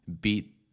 beat